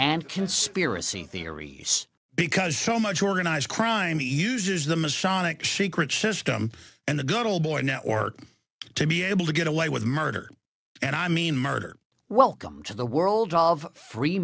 and conspiracy theories because so much organized crime he uses the masonic she crit system and the good old boy network to be able to get away with murder and i mean murder welcome to the world of free